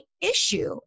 issue